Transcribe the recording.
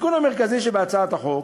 התיקון המרכזי שבהצעת החוק